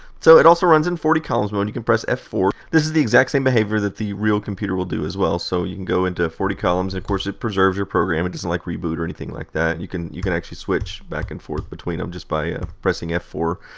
so, it also runs in forty columns mode. you can press f four. this is the exact same behavior that the real computer will do as well, so you can go into forty columns and of course it preserves your program. it doesn't like reboot or anything like that. you can you can actually switch back and forth between them just by pressing f four.